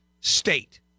state